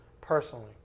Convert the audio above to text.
personally